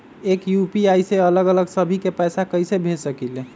एक यू.पी.आई से अलग अलग सभी के पैसा कईसे भेज सकीले?